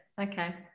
okay